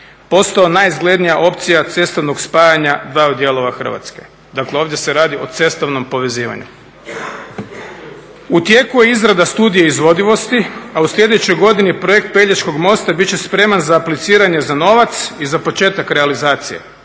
postao najizglednija opcija cestovnog spajanja dvaju dijelova Hrvatske. Dakle, ovdje se radi o cestovnom povezivanju. U tijeku je izrada studije izvodivosti, a u sljedećoj godini projekt Pelješkog mosta bit će spreman za apliciranje za novac i za početak realizacije.